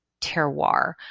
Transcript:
terroir